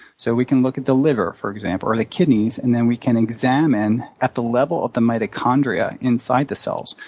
so we can look at the liver, for example, or the kidneys, and then we can examine at the level of the mitochondria inside the cells.